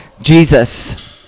Jesus